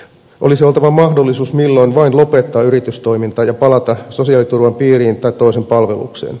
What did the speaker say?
olisi oltava mahdollisuus milloin vain lopettaa yritystoiminta ja palata sosiaaliturvan piiriin tai toisen palvelukseen